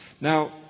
Now